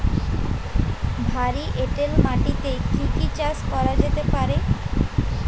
ভারী এঁটেল মাটিতে কি কি চাষ করা যেতে পারে?